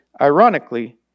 ironically